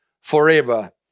forever